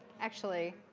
actually,